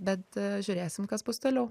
bet žiūrėsim kas bus toliau